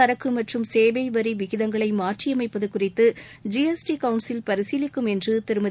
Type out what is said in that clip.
சரக்கு மற்றும் சேவை வரி விகிதங்களை மாற்றியமைப்பது குறிதது ஜி எஸ் டி கவுன்சில் பரிசீலிக்கும் என்று திருமதி